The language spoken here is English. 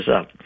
up